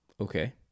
Okay